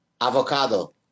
Avocado